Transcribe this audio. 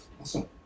Awesome